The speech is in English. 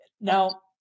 now